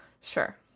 Sure